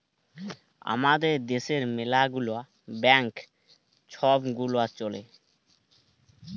আমাদের দ্যাশে ম্যালা গুলা ব্যাংক ছব গুলা চ্যলে